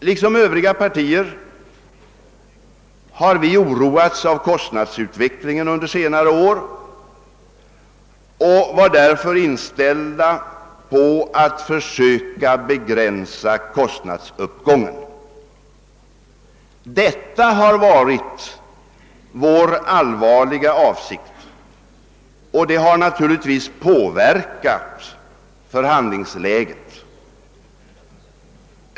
Liksom övriga partier har vi oroats av kostnadsutvecklingen under senare år och var därför inställda på att försöka begränsa kostnadsuppgången. Detta har varit vår allvarliga avsikt, och det har naturligtvis påverkat förhandlingsläget.